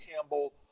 Campbell